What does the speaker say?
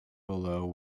below